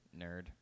Nerd